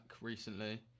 recently